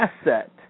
asset